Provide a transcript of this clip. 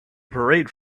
parade